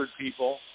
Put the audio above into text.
people